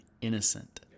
innocent